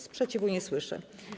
Sprzeciwu nie słyszę.